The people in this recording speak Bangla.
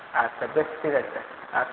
আচ্ছা বেশ ঠিক আছে স্যার